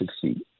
succeed